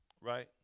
right